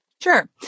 Sure